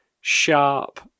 sharp